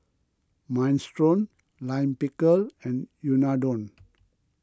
Minestrone Lime Pickle and Unadon